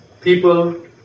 People